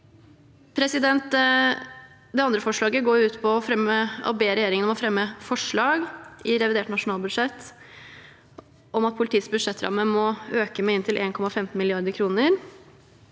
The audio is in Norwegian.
utdannelse. Det andre forslaget går ut på å be regjeringen om å fremme forslag i revidert nasjonalbudsjett om at politiets budsjettramme må øke med inntil 1,15 mrd. kr,